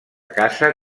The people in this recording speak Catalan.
casa